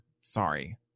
Sorry